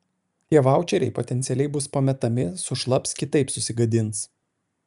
tie vaučeriai potencialiai bus pametami sušlaps kitaip susigadins